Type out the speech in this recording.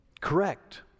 correct